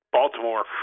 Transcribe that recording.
Baltimore